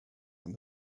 and